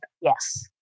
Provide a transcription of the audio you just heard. Yes